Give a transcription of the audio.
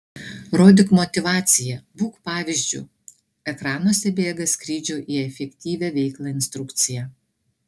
rodyk motyvaciją būk pavyzdžiu ekranuose bėga skrydžio į efektyvią veiklą instrukcija